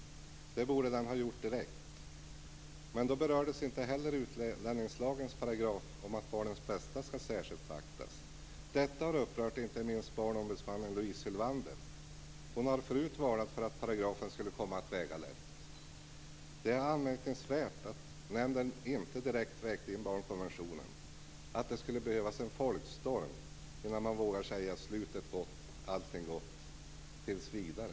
Det borde den ha gjort direkt. Ändå berördes inte heller utlänningslagens paragraf om att barnens bästa skall särskilt beaktas. Detta har upprört inte minst Barnombudsmannen Louise Sylwander. Hon har förut varnat för att paragrafen skulle komma att väga lätt. Det är anmärkningsvärt att nämnden inte direkt vägt in barnkonventionen, att det skulle behövas en folkstorm innan man vågar säga: Slutet gott, allting gott, tills vidare.